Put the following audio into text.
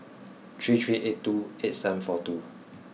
three three eight two eight seven four two